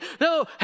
no